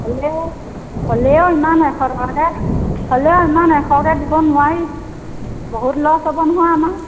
হ'লেও হ'লেও ইমান এশটকাকৈ হ'লেও ইমান এশকৈ দিব নোৱাৰি বহুত লছ হ'ব নহয় আমাৰ